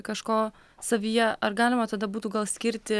kažko savyje ar galima tada būtų gal skirti